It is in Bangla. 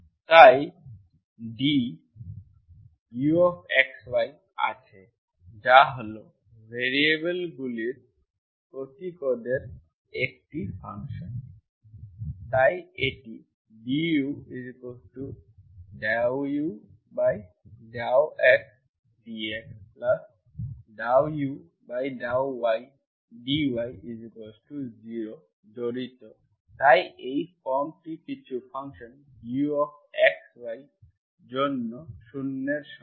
তাই duxy আছে যা হল ভ্যারিয়েবলগুলির প্রতীকের একটি ফাংশন তাই এটি du∂u∂x dx∂u∂y dy0 জড়িত তাই এই ফর্মটি কিছু ফাংশন uxy জন্য 0 এর সমান